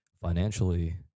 financially